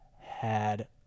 had-